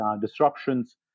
disruptions